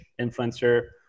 influencer